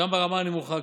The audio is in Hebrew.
גם ברמה הנמוכה.